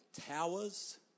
Towers